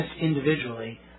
individually